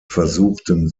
versuchten